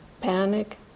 panic